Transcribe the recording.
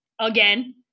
again